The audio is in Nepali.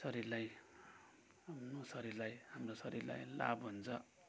शरीरलाई शरीरलाई हाम्रो शरीरलाई लाभ हुन्छ